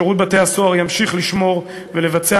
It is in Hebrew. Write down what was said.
שירות בתי-הסוהר ימשיך לשמור ולבצע